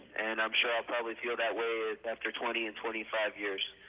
and i'm sure i'll probably feel that way after twenty and twenty five years.